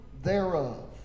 thereof